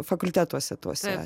fakultetuose tuose